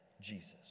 Jesus